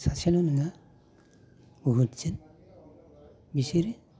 सासेल' नङा बुहुथसिन बिसोरो